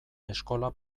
eskola